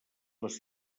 les